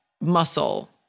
muscle